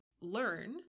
learn